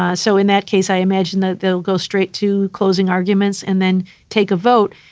ah so in that case, i imagine that they'll go straight to closing arguments and then take a vote.